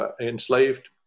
enslaved